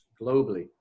globally